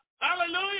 Hallelujah